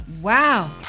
Wow